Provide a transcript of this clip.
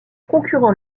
concurrent